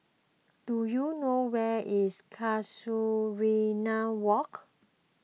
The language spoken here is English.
do you know where is Casuarina Walk